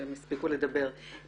שהם הספיקו לדבר.